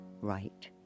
right